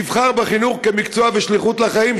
יבחר בחינוך כמקצוע ושליחות לחיים,